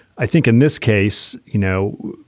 i think in this case, you know,